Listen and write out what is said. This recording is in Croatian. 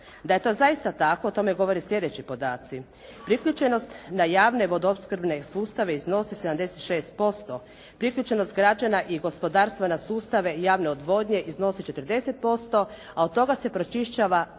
Da je to zaista tako, o tome govore sljedeći podaci. Priključenost na javne vodoopskrbne sustave iznosi 76%. Priključenost građana i gospodarstva na sustave javne odvodnje iznosi 40%, a od toga se pročišćava